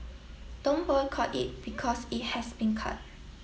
don't boycott it because it has been cut